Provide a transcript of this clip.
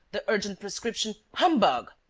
the urgent prescription humbug!